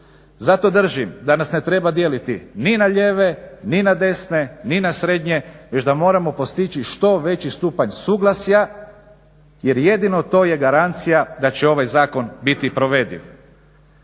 Zato držim da nas ne treba dijeliti ni na lijeve, ni na desne, ni na srednje već da moramo postići što već stupanj suglasja jer jedino to je garancija da će ovaj zakon biti provediv.